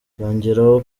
yongeraho